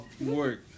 work